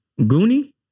Goonie